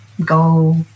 go